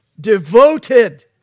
devoted